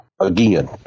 Again